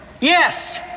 Yes